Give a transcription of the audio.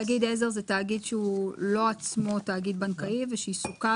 תאגיד עזר הוא תאגיד שהוא לא עצמו תאגיד בנקאי ושעיסוקיו